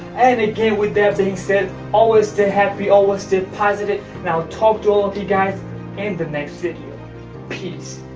and again with that being said always stay happy, always stay positive and i'll talk to all of you guys in the next video peace!